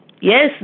yes